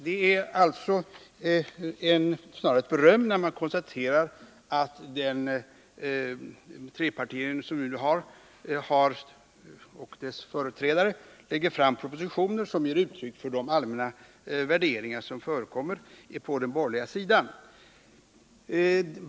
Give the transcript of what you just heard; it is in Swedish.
Det är alltså snarare ett beröm när man konstaterar att den trepartiregering som vi nu har och dess företrädare lägger fram propositioner som ger uttryck för de allmänna värderingar som förekommer på den borgerliga sidan.